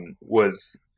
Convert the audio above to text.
was-